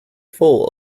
full